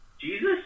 Jesus